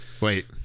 wait